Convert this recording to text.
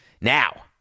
Now